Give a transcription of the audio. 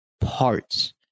parts